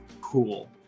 Cool